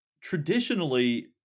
Traditionally